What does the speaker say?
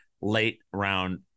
late-round